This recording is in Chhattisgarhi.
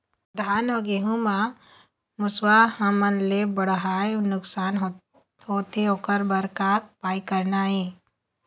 धान अउ गेहूं म मुसवा हमन ले बड़हाए नुकसान होथे ओकर बर का उपाय करना ये?